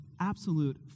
absolute